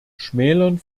schmälern